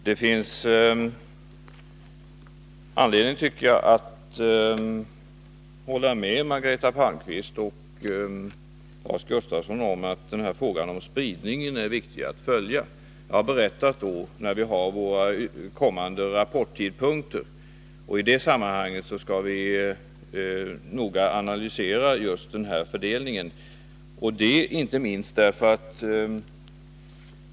Det finns anledning, tycker jag, att hålla med Margareta Palmqvist och Lars Gustafsson on att det är viktigt att följa frågan om spridningen. Jag har berättat om våra kommande rapporttidpunkter. I det sammanhanget skall vi noga analysera just fördelningen.